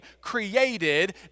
created